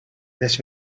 this